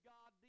God